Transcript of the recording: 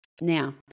Now